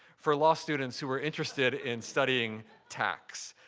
for law students who were interested in studying tax.